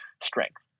strength